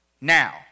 Now